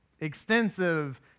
extensive